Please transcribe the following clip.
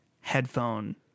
headphone